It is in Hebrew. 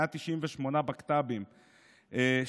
198 בקת"בים,